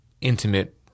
intimate